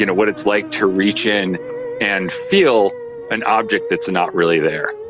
you know what it's like to reach in and feel an object that's not really there.